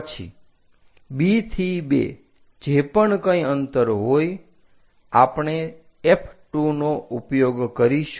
પછી B થી 2 જે પણ કંઈ અંતર હોય આપણે F2 નો ઉપયોગ કરીશું